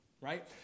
right